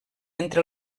entre